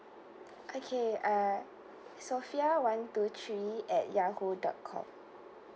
okay uh sofea one two three at yahoo dot com